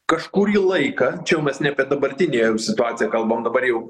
kažkurį laiką čia jau mes ne apie dabartinę jau situaciją kalbam dabar jau